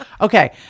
Okay